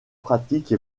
pratique